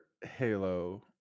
halo